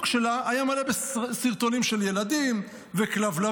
שלה היה מלא בסרטונים של ילדים וכלבלבים,